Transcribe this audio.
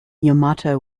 yamato